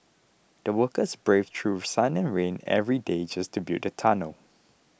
the workers braved through sun and rain every day just to build the tunnel